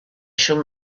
shall